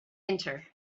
enter